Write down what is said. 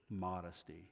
modesty